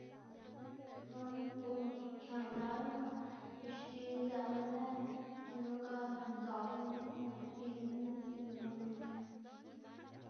or guꞌn këma lac̲h̲ nak bixtil izëꞌma lëd gunu, ga izaꞌlmu ga pibma nis uyelola.